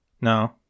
No